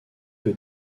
peu